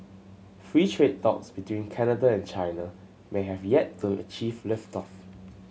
free trade talks between Canada and China may have yet to achieve lift off